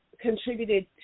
contributed